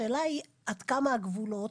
השאלה היא מהם הגבולות